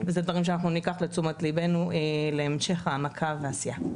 ואלה דברים שניקח לתשומת ליבנו להמשך העמקה ועשייה.